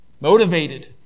Motivated